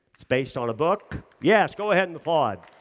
it's based on a book, yes, go ahead and applaud.